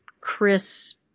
chris